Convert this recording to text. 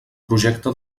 projecte